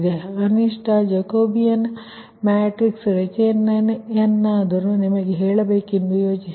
ಆದ್ದರಿಂದ ಕನಿಷ್ಠ Jacobian matrix ರಚನೆಯನ್ನಾದರೂ ನಿಮಗೆ ಹೇಳಬೇಕೆಂದು ಯೋಚಿಸಿದೆ